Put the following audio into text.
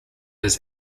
his